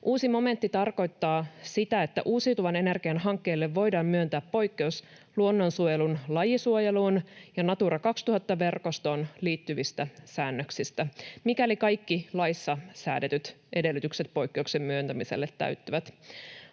Uusi momentti tarkoittaa sitä, että uusiutuvan energian hankkeille voidaan myöntää poikkeus luonnonsuojelun lajisuojeluun ja Natura 2000 ‑verkostoon liittyvistä säännöksistä, mikäli kaikki laissa säädetyt edellytykset poikkeuksen myöntämiselle täyttyvät.